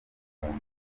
umuntu